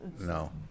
No